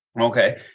Okay